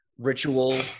ritual